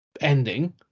ending